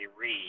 read